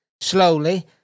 slowly